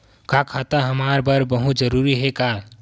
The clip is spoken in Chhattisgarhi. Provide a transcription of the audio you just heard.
का खाता हमर बर बहुत जरूरी हे का?